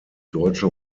deutsche